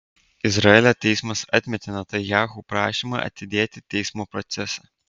izraelio teismas atmetė netanyahu prašymą atidėti teismo procesą